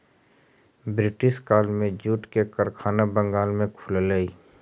British काल में jute के कारखाना बंगाल में खुललई